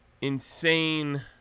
Insane